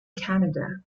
canada